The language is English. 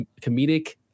comedic